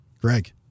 Greg